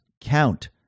count